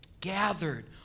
gathered